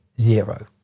zero